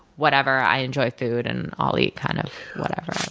whatever. i enjoy food and i'll eat kind of whatever.